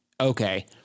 Okay